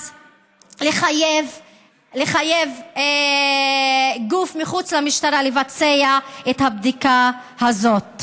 לחייב גוף מחוץ למשטרה לבצע את הבדיקה הזאת.